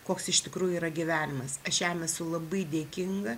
koks iš tikrųjų yra gyvenimas aš jam esu labai dėkinga